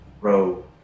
row